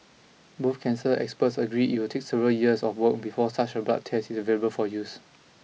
both cancer experts agree it will take several years of work before such a blood test is available for use